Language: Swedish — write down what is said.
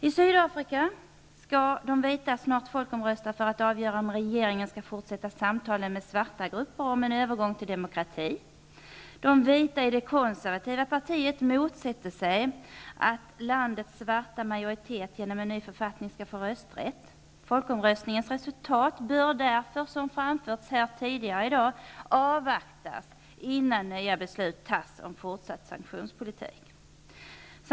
I Sydafrika skall de vita snart folkomrösta för att avgöra om regeringen skall fortsätta samtalen med svarta grupper om en övergång till demokrati. De vita i det konservativa partiet motsätter sig att landets svarta majoritet genom en ny författning skall få rösträtt. Folkomröstningens resultat bör, som sagts tidigare i dag, därför avvaktas innan nya beslut om fortsatt sanktionspolitik fattas.